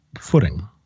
footing